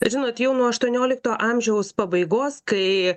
žinot jau nuo aštuoniolikto amžiaus pabaigos kai